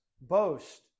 boast